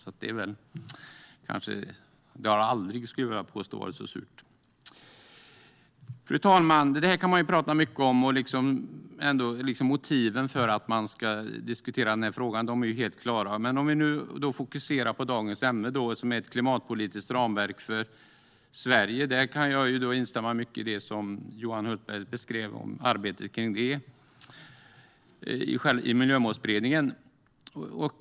Jag skulle vilja påstå att det aldrig har varit så surt. Fru talman! Detta kan man tala mycket om. Motiven för att man ska diskutera frågan är helt klara. Om vi fokuserar på dagens ämne, ett klimatpolitiskt ramverk för Sverige, kan jag instämma i mycket av det Johan Hultberg beskrev om arbetet med det i Miljömålsberedningen.